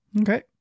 Okay